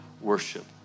worship